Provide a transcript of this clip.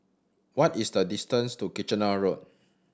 what is the distance to Kitchener Road